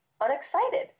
unexcited